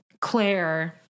Claire